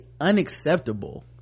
unacceptable